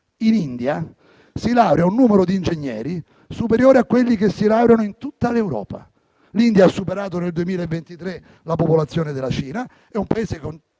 in India si laurea un numero di ingegneri superiore a quelli che si laureano in tutta l'Europa. L'India ha superato nel 2023 la popolazione della Cina, è un Paese con